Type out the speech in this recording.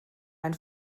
ein